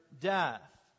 death